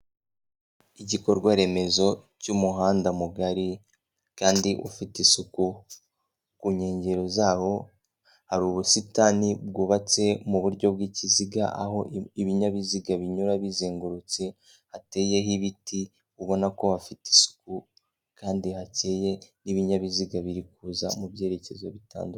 Igikorwaremezo cy'umuhanda mugari kandi ufite isuku, ku nkengero zawo hari ubusitani bwubatse mu buryo bw'ikiziga aho ibinyabiziga binyura bizengurutse, hateyeho ibiti ubona ko hafite isuku kandi hakeye n'ibinyabiziga biri kuza mu byerekezo bitandukanye.